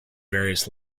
various